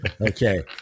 Okay